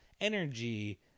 energy